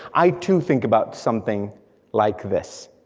i too think about something like this.